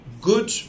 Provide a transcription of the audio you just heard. good